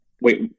wait